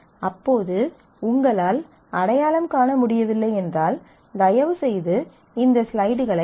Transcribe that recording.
அப்போது உங்களால் அடையாளம் காண முடியவில்லை என்றால் தயவுசெய்து இந்த ஸ்லைடுகளைப் பார்க்கவும்